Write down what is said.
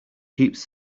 keeps